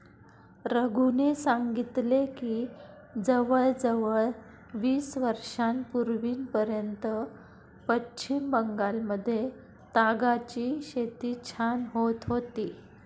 रघूने सांगितले की जवळजवळ वीस वर्षांपूर्वीपर्यंत पश्चिम बंगालमध्ये तागाची शेती छान होत होती